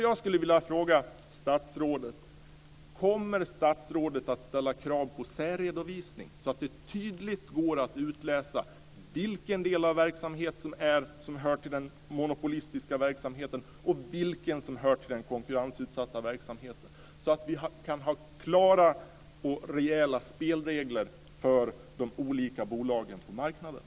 Jag skulle vilja fråga: Kommer statsrådet att ställa krav på särredovisning så att det tydligt går att utläsa vilken del av verksamheten som hör till den monopolistiska verksamheten och vilken del som hör till den konkurensutsatta verksamheten; detta för att vi ska kunna ha klara och rejäla spelregler för de olika bolagen på marknaden?